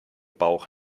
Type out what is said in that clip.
bauch